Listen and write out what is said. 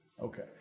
Okay